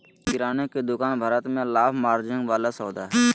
किराने की दुकान भारत में लाभ मार्जिन वाला सौदा हइ